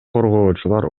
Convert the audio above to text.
коргоочулар